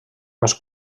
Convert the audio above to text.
més